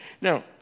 Now